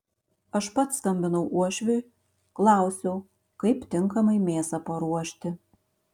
aš pats skambinau uošviui klausiau kaip tinkamai mėsą paruošti